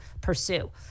pursue